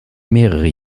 mehrere